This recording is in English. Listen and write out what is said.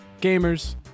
gamers